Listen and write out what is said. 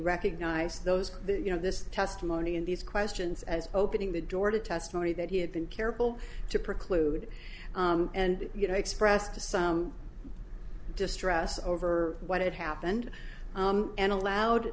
recognize those you know this testimony in these questions as opening the door to testimony that he had been careful to preclude and you know expressed to some distress over what had happened and allowed